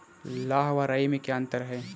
लाह व राई में क्या अंतर है?